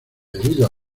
debido